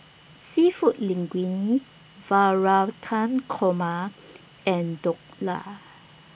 Seafood Linguine Navratan Korma and Dhokla